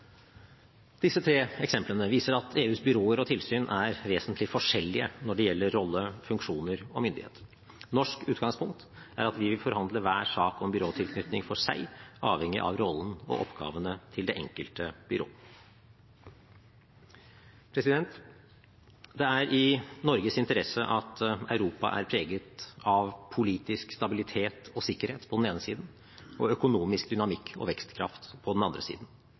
Disse tre eksemplene viser at EUs byråer og tilsyn er vesentlig forskjellige når det gjelder rolle, funksjoner og myndighet. Norsk utgangspunkt er at vi vil forhandle hver sak om byråtilknytning for seg, avhengig av rollen og oppgavene til det enkelte byrå. Det er i Norges interesse at Europa er preget av politisk stabilitet og sikkerhet på den ene siden og økonomisk dynamikk og vekstkraft på den andre siden.